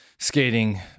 Skating